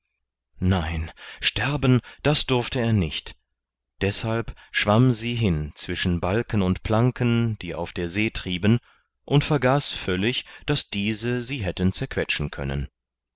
nein sterben das durfte er nicht deshalb schwamm sie hin zwischen balken und planken die auf der see trieben und vergaß völlig daß diese sie hätten zerquetschen können